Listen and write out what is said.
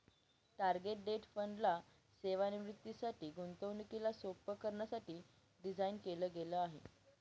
target date fund ला सेवानिवृत्तीसाठी, गुंतवणुकीला सोप्प करण्यासाठी डिझाईन केल गेल आहे